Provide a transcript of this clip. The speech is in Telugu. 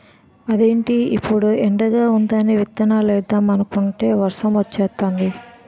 అదేటి ఇప్పుడే ఎండగా వుందని విత్తుదామనుకుంటే వర్సమొచ్చేతాంది